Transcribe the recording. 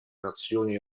nazioni